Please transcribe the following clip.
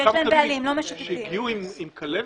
שהגיעו עם כלבת?